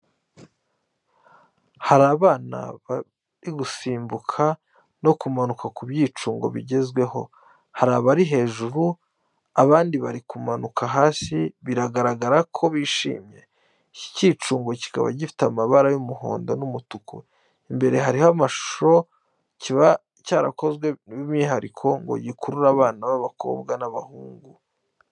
Hari abana bari gusimbuka no kumanuka ku byicungo bigezweho. Hari abari hejuru, abandi bari kumanuka hasi biragaragara ko bishimye, iki cyicungo kikaba gifite amabara y'umuhondo n'umutuku. Imbere hariho amashusho kiba cyarakozwe by'umwihariko ngo gikurure abana b’abakobwa n’abahungu.